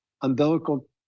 umbilical